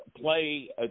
play